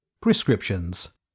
Prescriptions